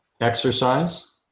exercise